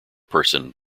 person